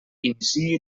iniciï